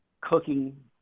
cooking